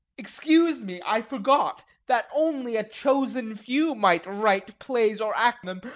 excuse me, i forgot that only a chosen few might write plays or act them.